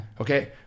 Okay